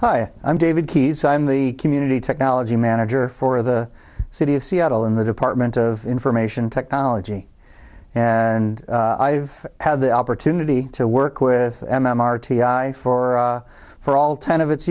canal i'm david keyes i'm the community technology manager for the city of seattle in the department of information technology and i've had the opportunity to work with m m r t i for for all ten of its